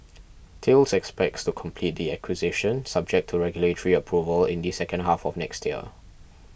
expects to complete the acquisition subject to regulatory approval in the second half of next year